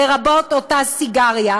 לרבות אותה סיגריה,